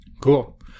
Cool